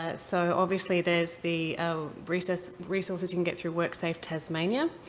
ah so, obviously, there's the resources resources you can get through worksafe tasmania.